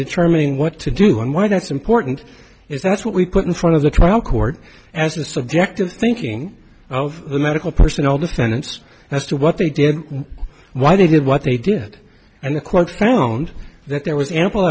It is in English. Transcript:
determining what to do and why that's important is that's what we put in front of the trial court as a subjective thinking of the medical personnel defendants as to what they did why they did what they did and the quote found that there was ample